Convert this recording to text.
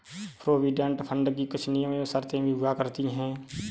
provident fund की कुछ नियम एवं शर्तें भी हुआ करती हैं